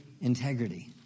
Integrity